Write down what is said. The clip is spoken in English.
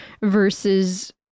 versus